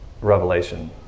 revelation